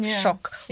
shock